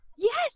Yes